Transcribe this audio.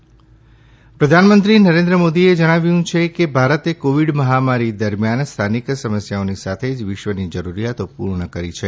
PM Finland પ્રધાનમંત્રી નરેન્દ્ર મોદીએ જણાવ્યું છે કે ભારતે કોવિડ મહામારી દરમિયાન સ્થાનિક સમસ્યાઓની સાથે જ વિશ્વની જરૂરિયાતો પૂર્ણ કરી છે